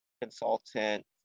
consultant